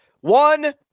one